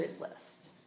list